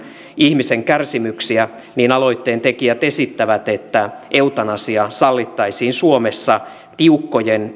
ihmisen kärsimyksiä niin aloitteentekijät esittävät että eutanasia sallittaisiin suomessa tiukkojen